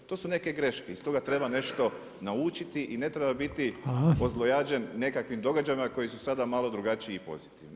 To su neke greške, iz toga treba nešto naučiti i ne treba biti ozlojeđen nekakvim događajima koji su sada malo drugačiji i pozitivni.